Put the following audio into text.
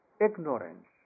ignorance